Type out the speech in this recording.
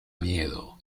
miedo